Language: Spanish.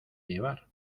llevar